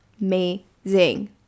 amazing